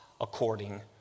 according